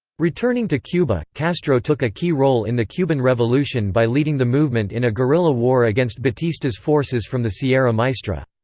returning to cuba, castro took a key role in the cuban revolution by leading the movement in a guerrilla war against batista's forces from the sierra maestra.